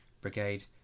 Brigade